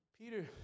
Peter